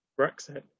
Brexit